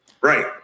Right